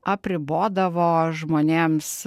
apribodavo žmonėms